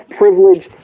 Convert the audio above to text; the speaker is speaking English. privilege